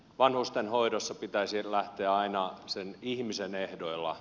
vanhustenhoidossa pitäisi lähteä aina sen ihmisen ehdoilla